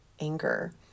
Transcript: anger